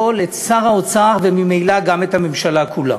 האוצר, וממילא גם את הממשלה כולה.